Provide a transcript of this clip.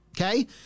okay